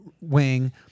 wing